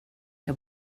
jag